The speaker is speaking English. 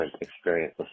experience